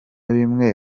bimwe